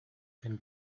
can